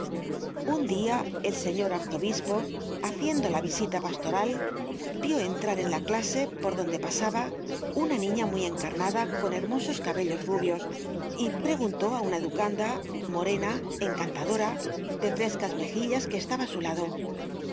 un dia el señor arzobispo haciendo la v isita pastoral vió entrar en la clase por donde pasaba una niña muy content from google book search generated at encarnada con hermosos cabellos rubios y preguntó á una educanda morena encontadora de frescas mejillas que estaba á su lado